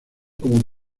como